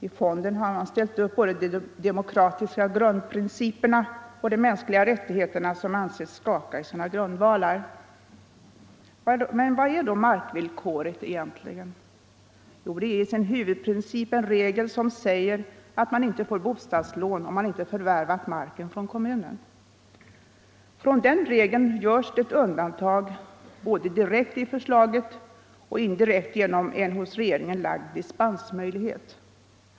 I fonden har ställts upp både de demokratiska grundprinciperna och de mänskliga rättigheterna som anses skaka i sina grundvalar. Men vad är då markvillkoret egentligen? Jo — det är i sin huvudprincip en regel som säger, att man inte får bostadslån om man inte förvärvat marken från kommunen. Från den regeln görs det undantag både direkt i förslaget och indirekt genom en hos regeringen lagd dispensmöjlighet.